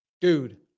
Dude